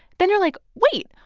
then you're like, wait,